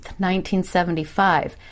1975